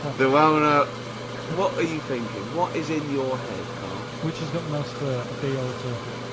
the well-known ah what are you thinking. what is in your head, karl? karl which has got the most fur, a bee or a turtle?